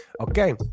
Okay